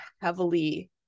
heavily